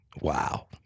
wow